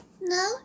No